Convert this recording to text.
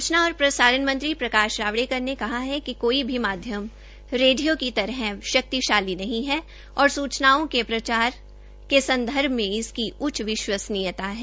सूचना और प्रसारण मंत्री प्रकाश जावड़ेकर ने कहा है कि कोई भी माध्यम रेडियो की तरह शक्तिशाली नहीं है और सूचनाओं के प्रसार के संदर्भ में इसकी उचच विश्वसनीयता है